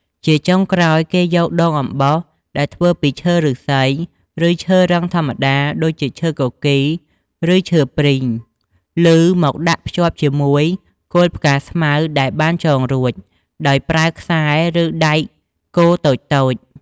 ជាចុងក្រោយ គេយកដងអំបោសដែលធ្វើពីឈើឫស្សី ឬឈើរឹងធម្មតា ដូចជាឈើគគីរ ឬឈើព្រីងឮ មកដាក់ភ្ជាប់ជាមួយគល់ផ្កាស្មៅដែលបានចងរួច ដោយប្រើខ្សែ ឬដែកគោលតូចៗ។